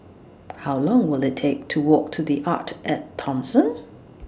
How Long Will IT Take to Walk to The Arte At Thomson